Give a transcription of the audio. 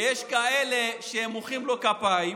ויש כאלה שמוחאים לו כפיים.